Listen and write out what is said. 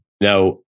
Now